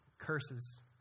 curses